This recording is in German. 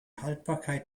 haltbarkeit